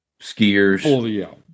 skiers